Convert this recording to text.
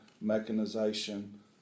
mechanization